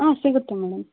ಹಾಂ ಸಿಗುತ್ತೆ ಮೇಡಮ್